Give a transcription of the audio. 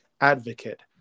advocate